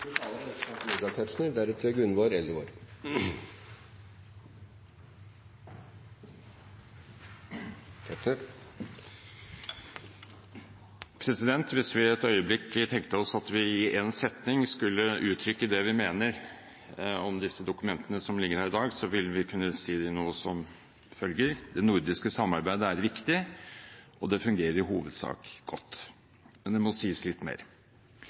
setning skulle uttrykke det vi mener om disse dokumentene som ligger her i dag, ville vi kunne si noe som følger: Det nordiske samarbeidet er viktig, og det fungerer i hovedsak godt. Men det må sies litt mer.